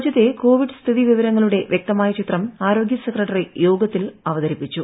രാജ്യത്തെ കോവിഡ് സ്ഥിതി വിവരങ്ങളുടെ വ്യക്തമായ ചിത്രം ആരോഗ്യ സെക്രട്ടറി യോഗത്തിൽ അവതരിപ്പിച്ചു